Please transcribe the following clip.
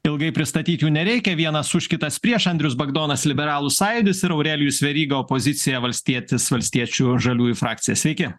ilgai pristatyt jų nereikia vienas už kitas prieš andrius bagdonas liberalų sąjūdis ir aurelijus veryga opozicija valstietis valstiečių ir žaliųjų frakcija sveiki